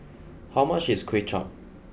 how much is Kuay Chap